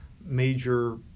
major